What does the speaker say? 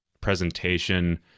presentation